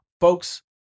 Folks